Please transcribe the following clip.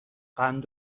قند